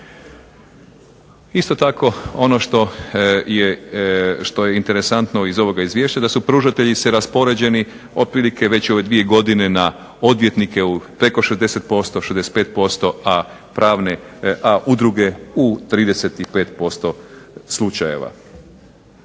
Isto tako ono što je interesantno iz ovoga izvješća, da su pružatelji se raspoređeni otprilike već u ove dvije godina na odvjetnike u preko 60%, 65%, a pravne, a udruge u 35% slučajeva.